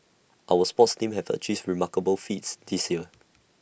our sports teams have achieved remarkable feats this year